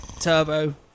turbo